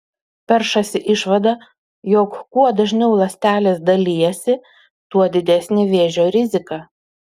peršasi išvada jog kuo dažniau ląstelės dalijasi tuo didesnė vėžio rizika